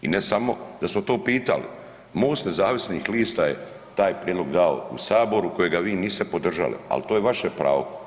I ne samo da smo to pitali, MOST nezavisnih lista je taj prijedlog dao u saboru kojega vi niste podržali, al to je vaše pravo.